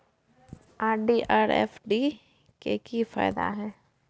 RD R FD के की फायदा हय?